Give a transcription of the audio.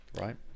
right